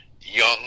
young